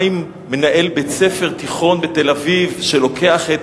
מה עם מנהל בית-ספר תיכון בתל-אביב שלוקח את